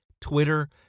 Twitter